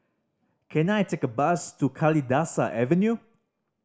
can I take a bus to Kalidasa Avenue